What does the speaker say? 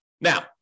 Now